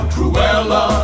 Cruella